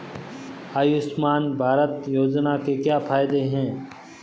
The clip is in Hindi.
आयुष्मान भारत योजना के क्या फायदे हैं?